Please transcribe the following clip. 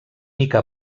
mica